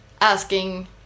asking